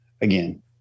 again